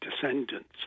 descendants